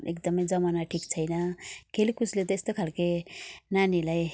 एकदमै जमाना ठिक छैन खेलकुदले त्यस्तो खालको नानीहरूलाई